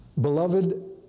Beloved